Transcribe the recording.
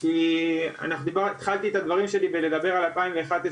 כי אנחנו דיברנו ואני התחלתי את הדברים שלי בלדבר על שנת 2011,